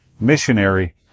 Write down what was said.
missionary